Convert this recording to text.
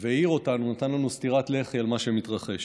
והעיר אותנו, נתן לנו סטירת לחי על מה שמתרחש.